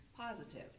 positive